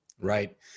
Right